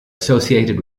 associated